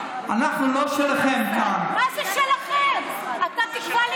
מותר לך להתבייש קצת פעם.